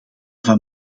van